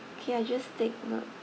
okay I just take note